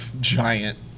giant